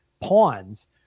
pawns